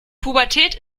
pubertät